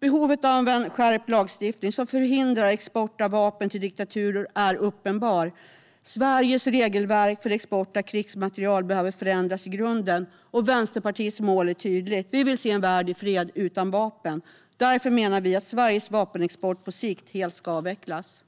Behovet av en skärpt lagstiftning som förhindrar export av vapen till diktaturer är uppenbart. Sveriges regelverk för export av krigsmateriel behöver förändras i grunden. Vänsterpartiets mål är tydligt. Vi vill se en värld i fred, utan vapen. Därför menar vi att Sveriges vapenexport på sikt helt ska avvecklas.